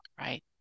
Right